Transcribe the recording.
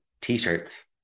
t-shirts